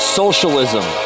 socialism